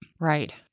right